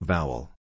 Vowel